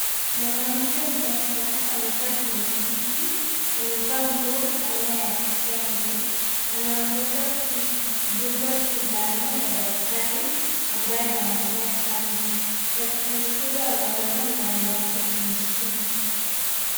Mwanamke mmoja, amekaa kwenye kiti. Amevaa nguo aina ya kitenge. Wanangoja kudungwa sindano na daktari ambaye anampea chanjo. Daktari huyo ameweka miwani yake kwenye shingo.